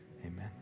Amen